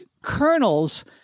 kernels